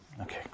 Okay